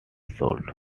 sold